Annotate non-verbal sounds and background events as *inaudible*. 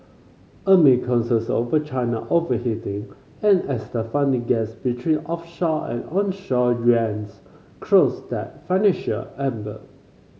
amid concerns over China overheating and as the funding gas between offshore and onshore yuan *unintelligible* closed that financial ebbed